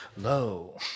low